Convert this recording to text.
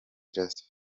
just